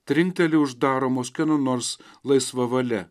trinkteli uždaromos kieno nors laisva valia